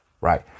right